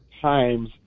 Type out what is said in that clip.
times